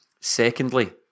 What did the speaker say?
secondly